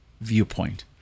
viewpoint